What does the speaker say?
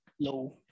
low